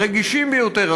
הרגישים ביותר,